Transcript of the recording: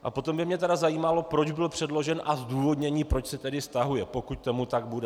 A potom by mě tedy zajímalo, proč byl předložen, a zdůvodnění, proč se stahuje, pokud tomu tak bude.